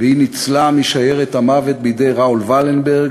והיא ניצלה משיירת המוות בידי ראול ולנברג,